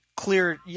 Clear